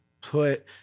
put